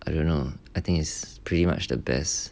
I don't know I think it's pretty much the best